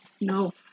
No